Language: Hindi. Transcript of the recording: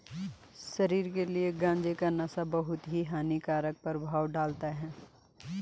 शरीर के लिए गांजे का नशा बहुत ही हानिकारक प्रभाव डालता है